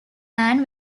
man